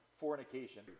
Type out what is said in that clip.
fornication